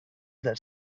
dels